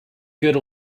good